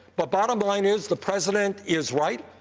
but bottom line is the president is right.